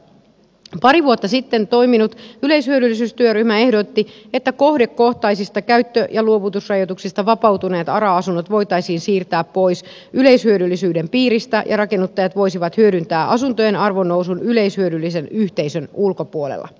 pari vuotta sitten toiminut yleishyödyllisyystyöryhmä ehdotti että kohdekohtaisista käyttö ja luovutusrajoituksista vapautuneet ara asunnot voitaisiin siirtää pois yleishyödyllisyyden piiristä ja rakennuttajat voisivat hyödyntää asuntojen arvonnousun yleishyödyllisen yhteisön ulkopuolella